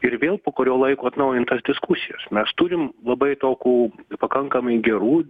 ir vėl po kurio laiko atnaujint tas diskusijas mes turim labai tokių pakankamai gerų